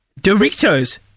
Doritos